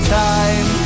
time